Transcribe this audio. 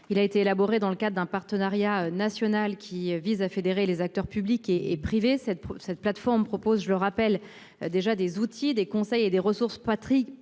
Il a été élaboré dans le cadre d'un partenariat national qui vise à fédérer les acteurs publics et privés cette cette plateforme propose je le rappelle déjà des outils et des conseils et des ressources Patrick